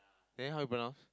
then how you pronounce